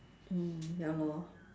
mm ya lor